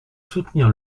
soutenir